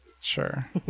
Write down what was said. sure